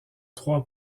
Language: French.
trois